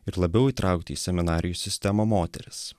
ir labiau įtraukti į seminarijų sistemą moteris